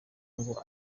ngo